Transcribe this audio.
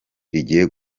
rigiye